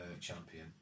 champion